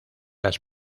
las